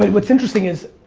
what's interesting is,